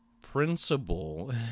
principle